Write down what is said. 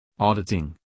auditing